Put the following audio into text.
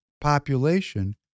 population